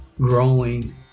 growing